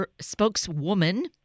spokeswoman